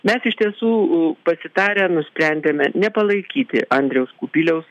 mes iš tiesų pasitarę nusprendėme nepalaikyti andriaus kubiliaus